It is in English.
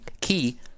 key